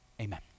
amen